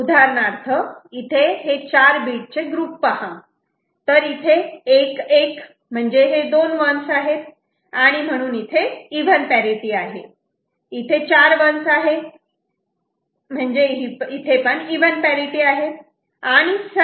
उदाहरणार्थ इथे हे 4 बीट चे ग्रुप पहा तर इथे 1 1 म्हणजे दोन 1's आहेत आणि म्हणून इथे इव्हन पॅरिटि आहे इथे चार 1's आहे